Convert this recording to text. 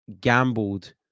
gambled